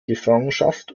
gefangenschaft